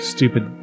Stupid